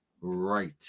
Right